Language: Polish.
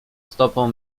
stopą